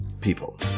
people